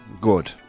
Good